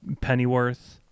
Pennyworth